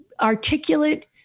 articulate